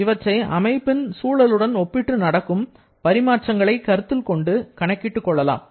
இவற்றை அமைப்பின் சூழலுடன் ஒப்பிட்டு நடக்கும் பரிமாற்றங்களை கருத்தில் கொண்டு கணக்கிட்டுக் கொள்ளலாம்